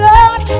Lord